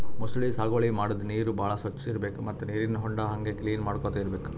ಮೊಸಳಿ ಸಾಗುವಳಿ ಮಾಡದ್ದ್ ನೀರ್ ಭಾಳ್ ಸ್ವಚ್ಚ್ ಇರ್ಬೆಕ್ ಮತ್ತ್ ನೀರಿನ್ ಹೊಂಡಾ ಹಂಗೆ ಕ್ಲೀನ್ ಮಾಡ್ಕೊತ್ ಇರ್ಬೆಕ್